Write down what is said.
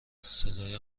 صدای